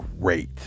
great